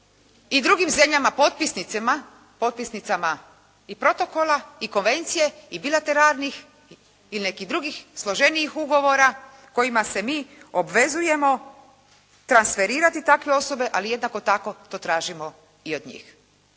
i drugim zemljama potpisnicama i protokola i konvencije i bilateralnih i nekih drugih složenijih ugovora kojima se mi obvezujemo transferirati takve osobe, ali jednako tako to tražimo i od njih.